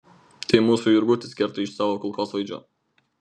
tai mūsų jurgutis kerta iš savo kulkosvaidžio